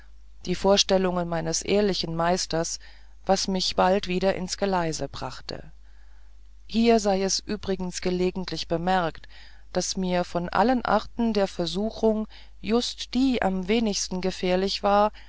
die vorstellungen meines ehrlichen meisters was mich bald wieder ins geleise brachte hier sei es übrigens gelegentlich bemerkt daß mir von allen arten der versuchung just die am wenigsten gefährlich war